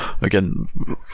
again